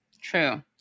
True